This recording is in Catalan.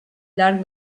llarg